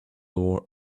door